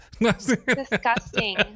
disgusting